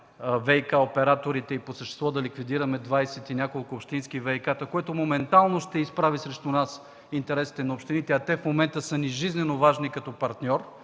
ВиК-операторите и по същество да ликвидираме двадесет и няколко общински ВиК-та, което в момента ще изправи срещу нас интересите на общините, а те са ни жизнено важни като партньор,